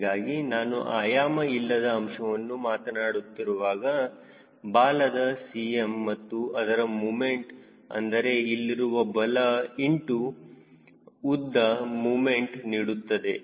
ಹೀಗಾಗಿ ನಾನು ಆಯಾಮ ಇಲ್ಲದ ಅಂಶವನ್ನು ಮಾತನಾಡುತ್ತಿರುವಾಗ ಬಾಲದ CL ಮತ್ತು ಅದರ ಮೂಮೆಂಟ್ ಅಂದರೆ ಇಲ್ಲಿರುವ ಬಲ ಇಂಟು ಉದ್ದ ಮೂಮೆಂಟ್ ನೀಡುತ್ತದೆ